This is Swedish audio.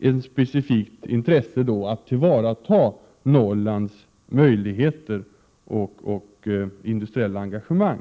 ett specifikt intresse för att tillvarata Norrlands möjligheter och industriella engagemang.